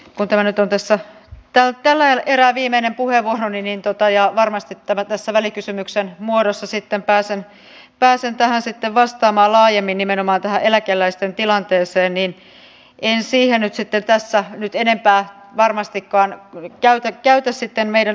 kun tämä nyt on tällä erää viimeinen puheenvuoroni ja varmasti välikysymyksen muodossa sitten pääsen vastaamaan laajemmin nimenomaan tähän eläkeläisten tilanteeseen niin en siihen nyt tässä enempää varmastikaan käytä meidän aikaamme